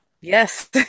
yes